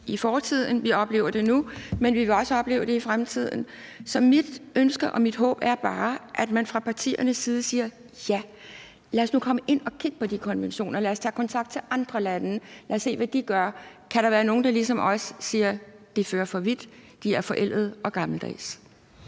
i fortiden, vi oplever det nu, og vi vil også opleve det i fremtiden. Så mit ønske og mit håb er bare, at man fra partiernes side siger: Ja, lad os nu komme ind at kigge på de konventioner, lad os tage kontakt til andre lande, lad os se, hvad de gør; kan der være nogle, der ligesom os siger, at det fører for vidt, at de er forældede og gammeldags?